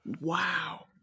wow